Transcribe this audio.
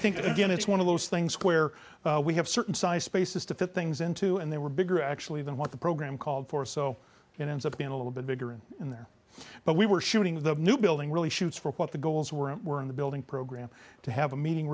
again it's one of those things where we have certain size spaces to fit things into and they were bigger actually than what the program called for so you know ends up being a little bit bigger in there but we were shooting with the new building really shoots for what the goals were and were in the building program to have a meeting